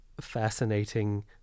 fascinating